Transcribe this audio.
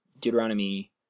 Deuteronomy